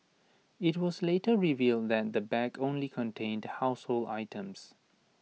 IT was later revealed that the bag only contained household items